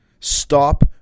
stop